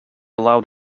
allowed